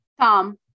Tom